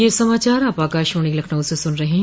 ब्रे क यह समाचार आप आकाशवाणी लखनऊ से सुन रहे हैं